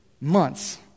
months